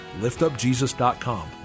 liftupjesus.com